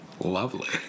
Lovely